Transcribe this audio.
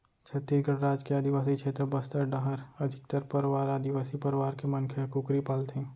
छत्तीसगढ़ राज के आदिवासी छेत्र बस्तर डाहर अधिकतर परवार आदिवासी परवार के मनखे ह कुकरी पालथें